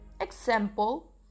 Example